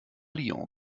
lyon